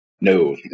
No